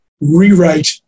rewrite